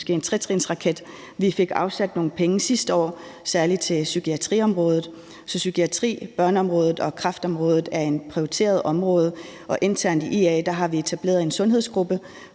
lidt som en tretrinsraket. Vi fik afsat nogle penge sidste år, særlig til psykiatriområdet, så psykiatriområdet, børneområdet og kræftområdet er prioriterede områder, og internt i IA har vi etableret en sundhedsgruppe,